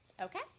Okay